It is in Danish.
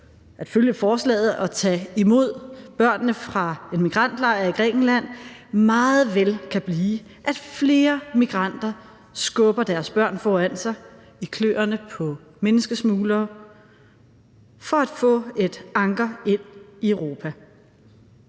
at følge forslaget og tage imod børnene fra en migrantlejr i Grækenland meget vel kan blive, at flere migranter skubber deres børn foran sig i kløerne på menneskesmuglere for at få et anker ind i Europa.